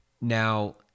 Now